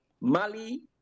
Mali